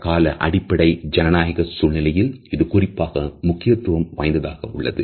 தற்கால அடிப்படை ஜனநாயக சூழ்நிலையில் இது குறிப்பாக முக்கியத்துவம் வாய்ந்ததாக உள்ளது